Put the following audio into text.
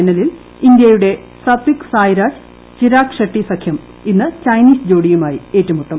ഫൈനലിൽ ഇന്ത്യയുടെ സത്വിക് സായ്രാജ് ചിരാഗ് ഷെട്ടി സഖ്യം ഇന്ന് ചൈനീസ് ജോഡിയുമായി ഏറ്റുമുട്ടും